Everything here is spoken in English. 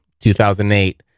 2008